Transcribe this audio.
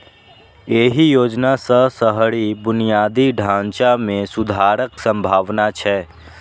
एहि योजना सं शहरी बुनियादी ढांचा मे सुधारक संभावना छै